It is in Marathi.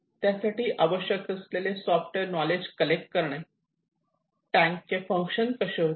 त्यासाठी आवश्यक असलेले सॉफ्टवेअर नॉलेज कलेक्ट करणे टँक चे फंक्शन कसे होते